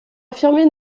affirmer